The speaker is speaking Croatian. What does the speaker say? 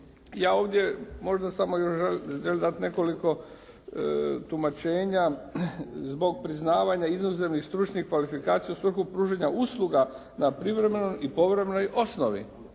Ja ovdje možda samo još želim dati nekoliko tumačenja zbog priznavanja inozemnih stručnih kvalifikacija u svrhu pružanja usluga na privremenoj i povremenoj osnovi.